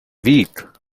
weak